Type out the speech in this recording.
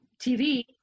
TV